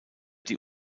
die